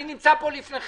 אני נמצא פה לפניכם.